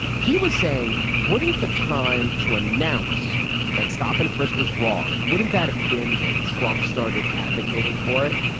he was saying wouldn't the time to announce that stop and frisk was wrong. wouldn't that have been when trump started advocating for it.